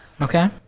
okay